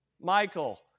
Michael